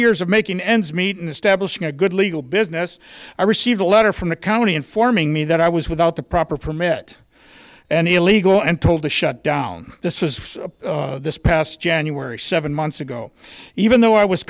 years of making ends meet and establishing a good legal business i received a letter from the county informing me that i was without the proper permit any illegal and told to shut down this was this past january seven months ago even though i was